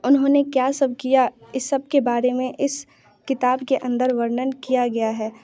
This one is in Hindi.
उन्होंने क्या सब किया इस सब के बारे में इस किताब के अन्दर वर्णन किया गया है